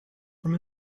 from